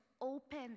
open